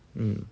mm